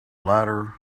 ladder